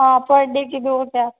हाँ per day के दो हजार